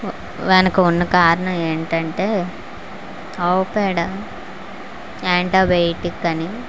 వెనుక ఉన్న కారణం ఏంటి అంటే ఆవుపేడ ఆంటి బయాటిక్ అని